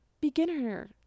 beginner